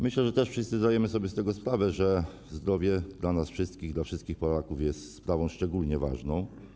Myślę, że też wszyscy zdajemy sobie z tego sprawę, że zdrowie dla nas wszystkich, dla wszystkich Polaków, jest sprawą szczególnie ważną.